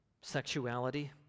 sexuality